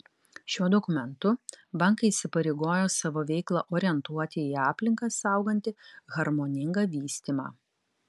šiuo dokumentu bankai įsipareigojo savo veiklą orientuoti į aplinką saugantį harmoningą vystymą